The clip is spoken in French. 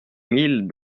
mille